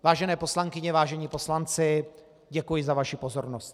Vážené poslankyně, vážení poslanci, děkuji za vaši pozornost.